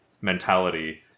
mentality